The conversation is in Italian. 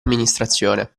amministrazione